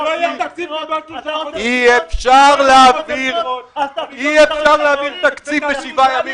אי אפשר להעביר תקציב בשבעה ימים.